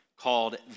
called